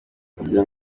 kugira